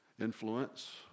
influence